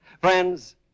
Friends